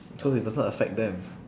so it doesn't affect them